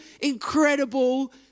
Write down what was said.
incredible